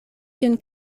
tiun